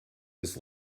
this